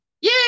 Yay